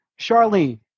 Charlene